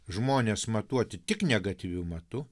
žmones matuoti tik negatyviu matu